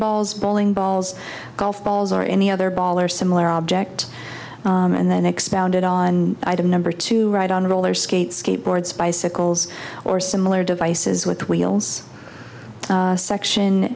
balls bowling balls golf balls or any other ball or similar object and then expounded on item number two right on roller skates skateboards bicycles or similar devices with wheels section